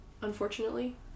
unfortunately